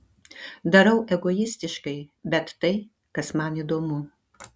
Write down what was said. darau egoistiškai bet tai kas man įdomu